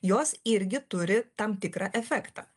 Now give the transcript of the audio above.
jos irgi turi tam tikrą efektą